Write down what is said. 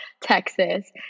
Texas